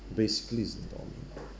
basically is endowment